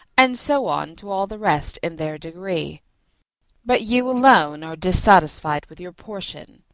and so on to all the rest in their degree but you alone are dissatisfied with your portion.